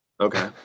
Okay